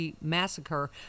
massacre